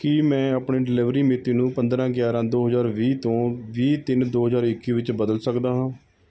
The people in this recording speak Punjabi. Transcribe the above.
ਕੀ ਮੈਂ ਆਪਣੀ ਡਿਲੀਵਰੀ ਮਿਤੀ ਨੂੰ ਪੰਦਰ੍ਹਾਂ ਗਿਆਰ੍ਹਾਂ ਦੋ ਹਜ਼ਾਰ ਵੀਹ ਤੋਂ ਵੀਹ ਤਿੰਨ ਦੋ ਹਜ਼ਾਰ ਇੱਕੀ ਵਿੱਚ ਬਦਲ ਸਕਦਾ ਹਾਂ